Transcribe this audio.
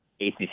ACC